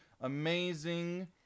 amazing